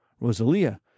Rosalia